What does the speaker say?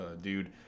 dude